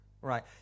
right